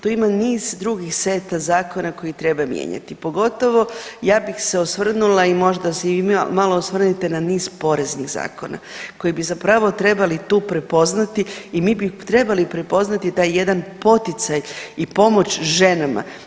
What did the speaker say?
Tu ima niz drugih seta zakona koji treba mijenjati pogotovo ja bih se osvrnula i možda se i vi malo osvrnite na niz poreznih zakona koji bi zapravo trebali tu prepoznati i mi bi trebali prepoznati taj jedan poticaj i pomoć ženama.